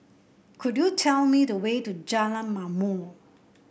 could you tell me the way to Jalan Ma'mor